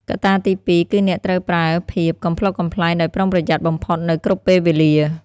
កត្តាទីពីរគឺអ្នកត្រូវប្រើភាពកំប្លុកកំប្លែងដោយប្រុងប្រយ័ត្នបំផុតនៅគ្រប់ពេលវេលា។